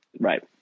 Right